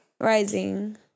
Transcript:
Rising